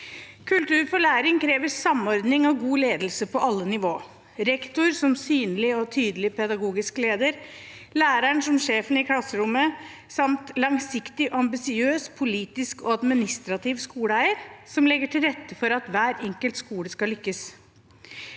Kultur for læring krever samordning og god ledelse på alle nivå, rektor som synlig og tydelig pedagogisk leder, læreren som sjefen i klasserommet samt en langsiktig og ambisiøs politisk og administrativ skoleeier som legger til rette for at hver enkelt skole skal lykkes.